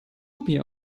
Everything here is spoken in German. mir